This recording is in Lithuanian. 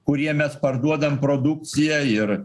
kuriem mes parduodam produkciją ir